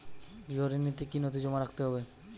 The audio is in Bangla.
গৃহ ঋণ নিতে কি কি নথি জমা রাখতে হবে?